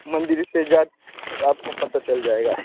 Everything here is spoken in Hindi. मंदिर से जा आपको पता चल जाएगा